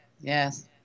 yes